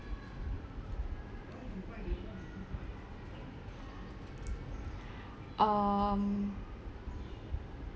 um